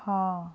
ਹਾਂ